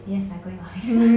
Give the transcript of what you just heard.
yes I'm going office